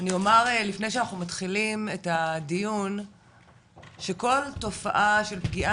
אני אומר לפני שאנחנו מתחילים את הדיון שכל תופעה של פגיעה